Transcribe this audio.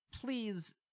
Please